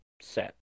set